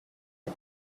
pit